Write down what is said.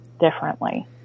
differently